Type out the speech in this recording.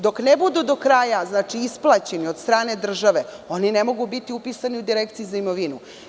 Dok ne budu do kraja isplaćeni od strane države, oni ne mogu biti upisani u Direkciji za imovinu.